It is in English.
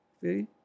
See